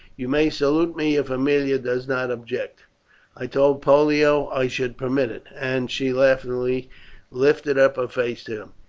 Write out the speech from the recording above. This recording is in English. you may salute me if aemilia does not object i told pollio i should permit it and she laughingly lifted up her face to him.